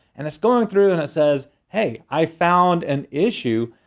and it's going through and it says hey, i found an issue.